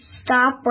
stop